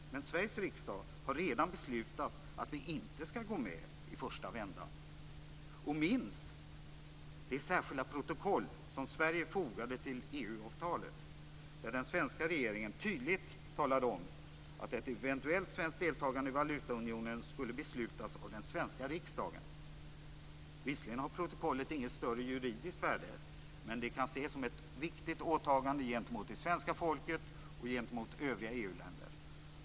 Men Sveriges riksdag har redan beslutat att vi inte skall gå med i första vändan. Och minns det särskilda protokoll som Sverige fogade till EU-avtalet där den svenska regeringen tydlig talade om att ett eventuellt svenskt deltagande i valutaunionen skulle beslutas av den svenska riksdagen. Visserligen har protokollet inget större juridiskt värde, men det kan ses som ett viktigt åtagande gentemot det svenska folket och gentemot övriga EU-länder.